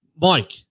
Mike